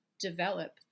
develop